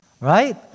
Right